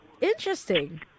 Interesting